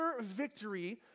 victory